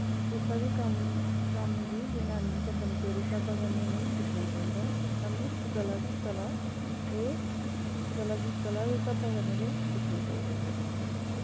कुसै बी कम्म कम्म गी जनानी जां बंदे दे स्हाबा कन्नै नेंई दिक्खना चाहिदा सानूं कला गी कला गै कला गी कला दे स्हाबा कन्नै गै दिक्खना चाहिदा